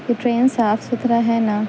یہ ٹرین صاف ستھرا ہے نا